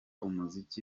umuziki